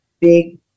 big